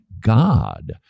god